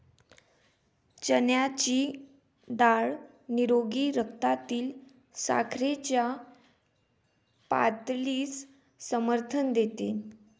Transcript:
चण्याची डाळ निरोगी रक्तातील साखरेच्या पातळीस समर्थन देते